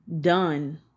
done